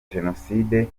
jenoside